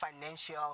financial